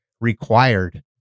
required